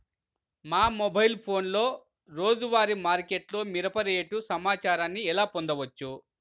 మా మొబైల్ ఫోన్లలో రోజువారీ మార్కెట్లో మిరప రేటు సమాచారాన్ని ఎలా పొందవచ్చు?